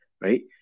right